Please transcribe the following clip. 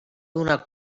donar